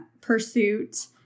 pursuit